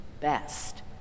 best